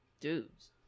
dudes